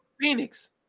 Phoenix